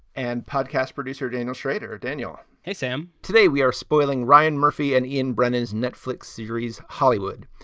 and podcast producer daniel shrader. daniel hey, sam. today we are spoiling ryan murphy and ian brennan's netflix series hollywood.